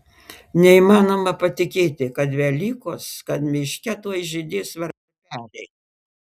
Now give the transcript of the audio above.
neįmanoma patikėti kad velykos kad miške tuoj žydės varpeliai